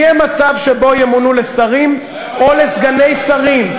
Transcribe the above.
יהיה מצב שבו הם ימונו לשרים או לסגני שרים.